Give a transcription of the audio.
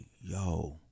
yo